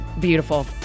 beautiful